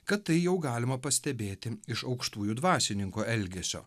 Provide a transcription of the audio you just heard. kad tai jau galima pastebėti iš aukštųjų dvasininkų elgesio